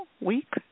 week